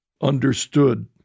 understood